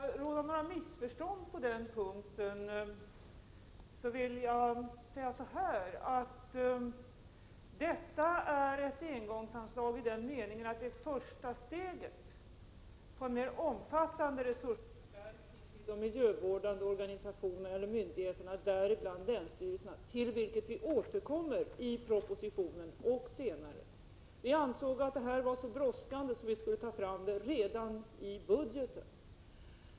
Herr talman! För att det inte skall råda några missförstånd på den här punkten vill jag säga att detta är ett engångsanslag i den meningen att det är första steget på en mer omfattande resursförstärkning till de miljövårdande organisationerna och myndigheterna, däribland länsstyrelserna, till vilket vi återkommer i propositionen och senare. Vi ansåg att detta arbete var så brådskande att vi måste anslå medel redan i budgeten.